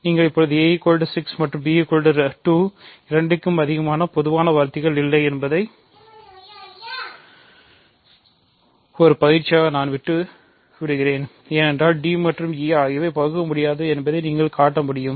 நீங்கள் இப்போது a 6 மற்றும் b 2 இரண்டிற்க்கும் அதிகமான பொதுவான வகுத்திகள் இல்லை என்பதை ஒரு பயிற்சியாக நான் விட்டு விடுகிறேன் ஏனென்றால் d மற்றும் e ஆகியவை பகுக்கமுடியாதவை என்பதை நீங்கள் காட்ட முடியும்